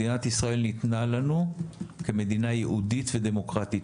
מדינת ישראל ניתנה לנו כמדינה יהודית ודמוקרטית,